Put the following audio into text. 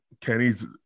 Kenny's